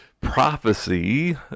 prophecy